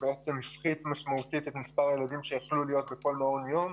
שבעצם הפחית משמעותית את מספר הילדים שיכלו להיות בכל מעון יום